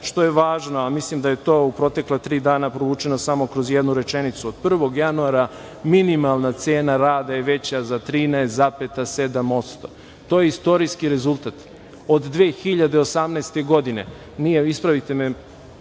što je važno, a mislim da je to u protekla tri dana provučeno samo kroz jednu rečenicu, od 1. januara minimalna cena rada je veća za 13,7%. To je istorijski rezultat. Od 2018. godine, ispravite me,